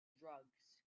drugs